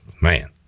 man